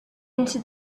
into